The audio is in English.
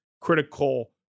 critical